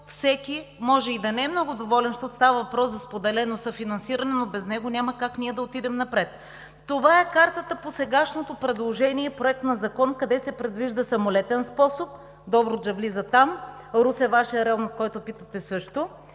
всеки може и да не е много доволен, защото става въпрос за споделено съфинансиране, но без него няма как ние да отидем напред. Това е картата по сегашното предложение – Проект на закон, където се предвижда самолетен способ – Добруджа влиза там, Русе е Вашият район, за който питате също,